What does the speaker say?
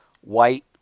white